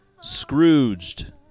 Scrooged